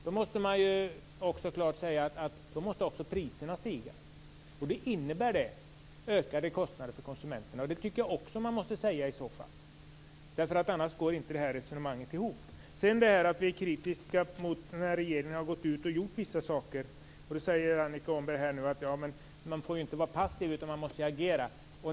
Då måste man också klart säga att priserna också måste stiga, vilket innebär ökade kostnader för konsumenterna. Det tycker jag att man också måste tala om i så fall, därför att annars går inte resonemanget ihop. När det gäller vår kritik mot att regeringen har gjort vissa saker säger Annika Åhnberg att man inte får vara passiv utan måste agera.